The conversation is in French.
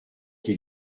qui